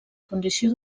condició